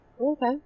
Okay